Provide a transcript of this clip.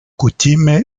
kutime